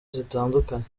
zitandukanye